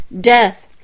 Death